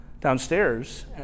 downstairs